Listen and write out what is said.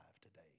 today